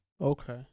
Okay